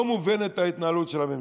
לא מובנת ההתנהלות של הממשלה.